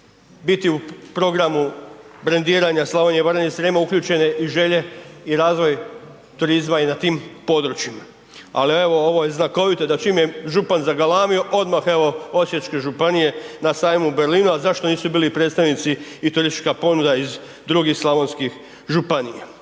biti u programu brendiranja Slavonije, Baranje i Srijema uključene i želje i razvoj turizma i na tim područjima. Ali evo ovo je znakovito da čim je župan zagalamio odmah evo Osječke županije na sajmu u Berlinu, al' zašto nisu bili i predstavnici, i turistička ponuda iz drugim slavonskih županija,